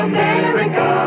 America